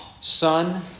Son